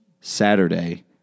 Saturday